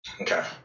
Okay